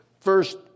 First